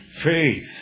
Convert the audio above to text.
faith